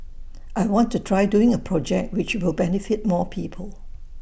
I want to try doing A project which will benefit more people